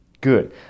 good